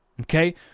Okay